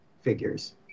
figures